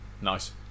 nice